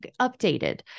updated